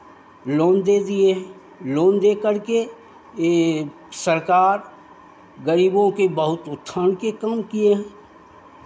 loan दे दिए loan देकर के सरकार गरीबों के बहुत उत्थान के काम किए हैं